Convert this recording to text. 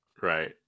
right